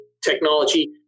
technology